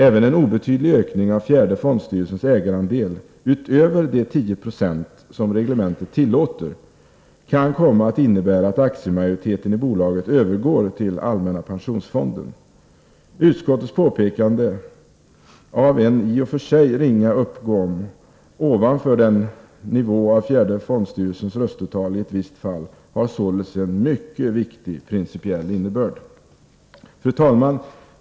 Även en obetydlig ökning av fjärde fondstyrelsens ägarandel utöver de 10 96 som reglementet tillåter kan komma att innebära att aktiemajoriteten i bolaget övergår till allmänna pensionsfonden. Utskottets påpekande om en i och för sig ringa uppgång ovanför den nivån av fjärde fondstyrelsens röstetal i ett visst fall har således en mycket viktig principiell innebörd. Fru talman!